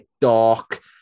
dark